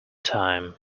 time